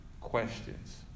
questions